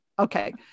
Okay